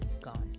gone